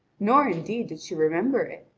nor indeed did she remember it.